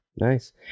Nice